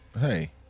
Hey